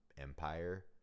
empire